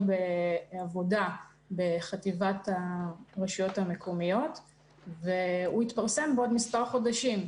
בעבודה בחטיבת הרשויות המקומיות והוא יתפרסם בעוד מספר חודשים.